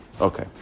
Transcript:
Okay